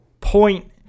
point